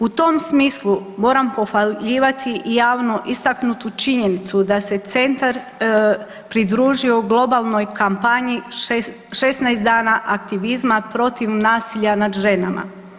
U tom smislu, moram pohvaljivati i javnu istaknutu činjenicu da se centar pridružio u globalnoj kampanji 16 dana aktivizma protiv nasilja nad ženama.